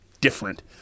different